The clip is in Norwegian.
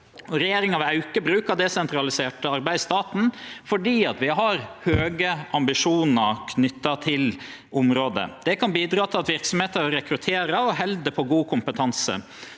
Regjeringa vil auke bruken av desentralisert arbeid i staten fordi vi har høge ambisjonar knytte til området. Det kan bidra til at verksemder rekrutterer og held på god kompetanse,